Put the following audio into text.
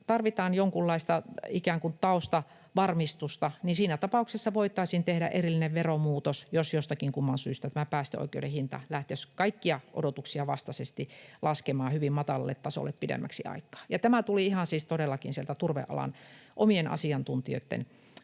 tarvitaan jonkunlaista ikään kuin taustavarmistusta, niin siinä tapauksessa voitaisiin tehdä erillinen veromuutos, jos jostakin kumman syystä tämä päästöoikeuden hinta lähtisi kaikkien odotuksien vastaisesti laskemaan hyvin matalalle tasolle pidemmäksi aikaa. Tämä näkemys tuli ihan siis todellakin sieltä turvealan omien asiantuntijoitten